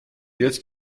jetzt